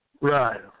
right